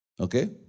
Okay